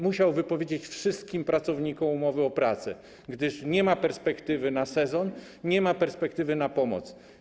Musiał wypowiedzieć wszystkim pracownikom umowy o pracę, gdyż nie ma perspektywy na sezon, nie ma perspektywy na pomoc.